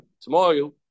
Tomorrow